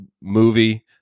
movie